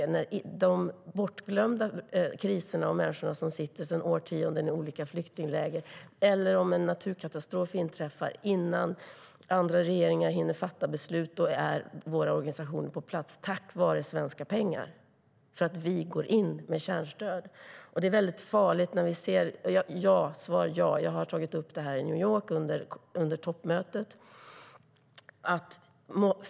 Det handlar om de bortglömda kriserna och om människor som sedan årtionden sitter i olika flyktingläger. Det kan också vara en naturkatastrof som inträffar. Innan andra regeringar hinner fatta beslut är våra organisationer på plats tack vare svenska pengar och att vi går in med kärnstöd. Svar: Ja, jag har tagit upp det här i New York under toppmötet.